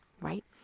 right